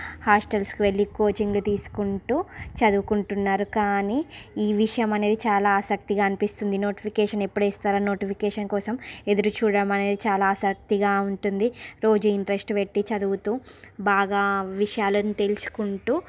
హాస్టల్స్కి వెళ్ళి కోచింగ్ తీసుకుంటూ చదువుకుంటున్నారు కానీ ఈ విషయం అనేది చాలా ఆసక్తిగా అనిపిస్తుంది నోటిఫికేషన్ ఎప్పుడు ఇస్తారో నోటిఫికేషన్ కోసం ఎదురు చూడడం అనేది చాలా ఆసక్తిగా ఉంటుంది రోజూ ఇంట్రెస్ట్ పెట్టి చదువుతూ బాగా విషయాలను తెలుసుకుంటూ